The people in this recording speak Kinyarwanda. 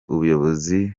ubuyobozi